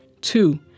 Two